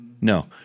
No